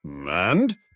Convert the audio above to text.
And